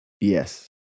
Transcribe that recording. Yes